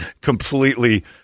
completely